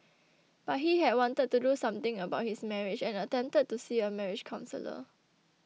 but he had wanted to do something about his marriage and attempted to see a marriage counsellor